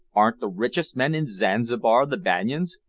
aren't the richest men in zanzibar the banyans,